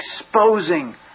exposing